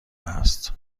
است